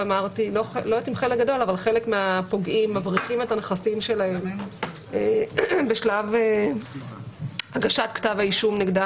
חלק מהפוגעים מבריחים את הנכסים שלהם בשלב הגשת כתב האישום נגדם,